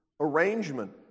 arrangement